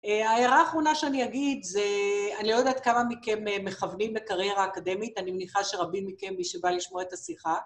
ההערה האחרונה שאני אגיד זה... אני לא יודעת כמה מכם מכוונים לקריירה אקדמית, אני מניחה שרבים מכם, מי שבא לשמוע את השיחה.